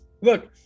Look